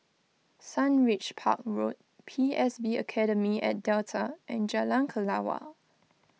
Sundridge Park Road P S B Academy at Delta and Jalan Kelawar